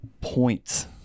points